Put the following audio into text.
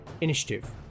Initiative